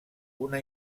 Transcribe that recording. una